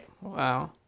Wow